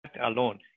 alone